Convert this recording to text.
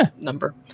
number